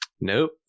Nope